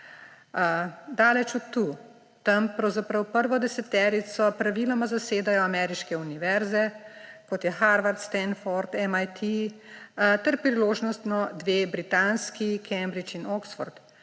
Daleč od tu! Tam pravzaprav prvo deseterico praviloma zasedajo ameriške univerze, kot je Harvard, Stanford, MIT ter priložnostno dve britanski: Cambridge, Oxford.